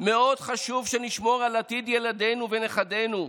מאוד חשוב שנשמור על עתיד ילדינו ונכדינו.